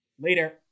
Later